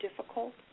difficult